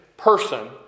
Person